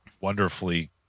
wonderfully